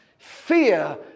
Fear